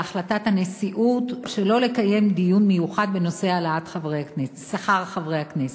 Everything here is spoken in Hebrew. על החלטת הנשיאות שלא לקיים דיון מיוחד בנושא העלאת שכר חברי הכנסת.